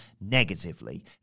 negatively